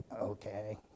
okay